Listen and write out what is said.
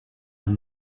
are